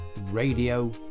Radio